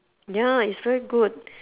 ya it's very good